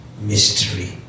mystery